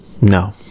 No